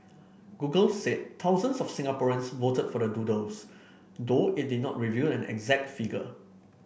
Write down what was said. Google said thousands of Singaporeans voted for the doodles though it did not reveal an exact figure